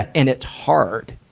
and it's hard.